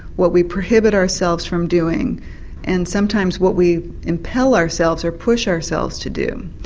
what we prohibit ourselves from doing and sometimes what we impel ourselves, or push ourselves to do.